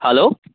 hello